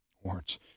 warrants